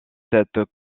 cette